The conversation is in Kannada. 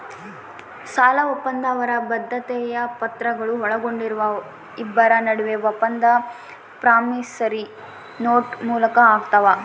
ಸಾಲಒಪ್ಪಂದ ಅವರ ಬದ್ಧತೆಯ ಪತ್ರಗಳು ಒಳಗೊಂಡಿರುವ ಇಬ್ಬರ ನಡುವೆ ಒಪ್ಪಂದ ಪ್ರಾಮಿಸರಿ ನೋಟ್ ಮೂಲಕ ಆಗ್ತಾವ